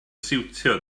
siwtio